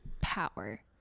power